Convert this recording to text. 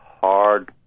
hard